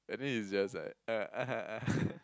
anyway it's just like eh (aha) (aha)